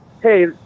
Hey